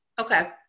Okay